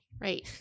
Right